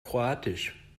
kroatisch